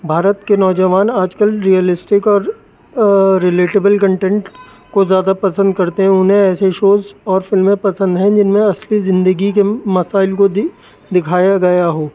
بھارت کے نوجوان آج کل ریئلسٹک اور ریلیٹیبل کنٹینٹ کو زیادہ پسند کرتے ہیں انہیں ایسے شوز اور فلمیں پسند ہیں جن میں اصلی زندگی کے مسائل کو د دکھایا گیا ہو